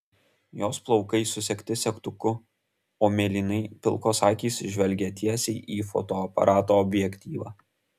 jos plaukai susegti segtuku o mėlynai pilkos akys žvelgia tiesiai į fotoaparato objektyvą